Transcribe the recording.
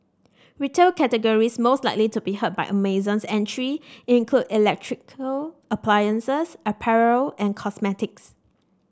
retail categories most likely to be hurt by Amazon's entry include electrical appliances apparel and cosmetics